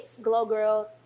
itsglowgirl